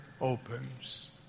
opens